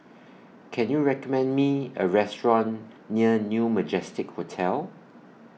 Can YOU recommend Me A Restaurant near New Majestic Hotel